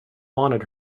wanted